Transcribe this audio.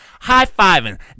High-fiving